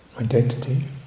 identity